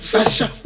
Sasha